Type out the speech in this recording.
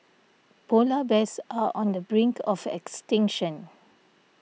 Polar Bears are on the brink of extinction